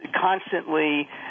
constantly